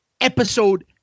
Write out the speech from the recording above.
episode